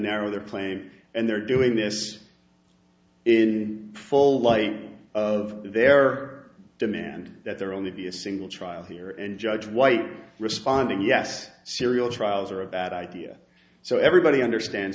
narrow their claim and they're doing this in full light of their demand that their only be a single trial here and judge white responded yes serial trials are a bad idea so everybody understands